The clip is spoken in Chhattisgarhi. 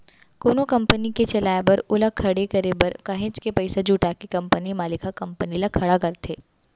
कोनो कंपनी के चलाए बर ओला खड़े करे बर काहेच के पइसा जुटा के कंपनी मालिक ह कंपनी ल खड़ा करथे